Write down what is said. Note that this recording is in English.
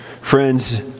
friends